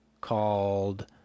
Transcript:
called